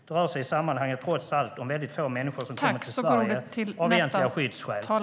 Det rör sig i sammanhanget, trots allt, om väldigt få människor som kommer till Sverige av egentliga skyddsskäl.